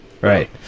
Right